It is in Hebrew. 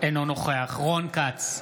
אינו נוכח רון כץ,